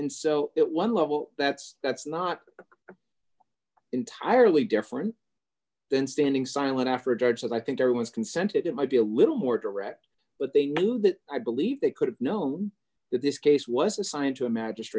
and so it one level that's that's not entirely different than standing silent after a judge says i think there was consented it might be a little more direct but they knew that i believe they could have known that this case was assigned to a ma